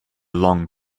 long